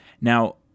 Now